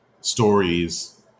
stories